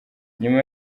nyuma